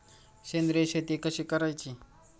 सेंद्रिय शेती कशी करायची?